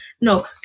No